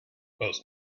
aus